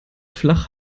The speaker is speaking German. flach